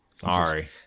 Sorry